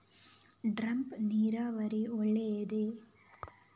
Drip ನೀರಾವರಿ ಒಳ್ಳೆಯದೇ?